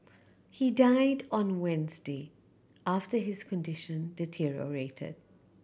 he died on Wednesday after his condition deteriorated